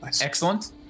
Excellent